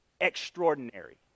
extraordinary